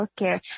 healthcare